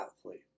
athlete